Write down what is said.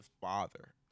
father